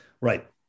Right